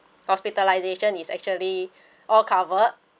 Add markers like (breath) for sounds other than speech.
hospitalisation is actually (breath) all covered